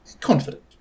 confident